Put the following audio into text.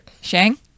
Shang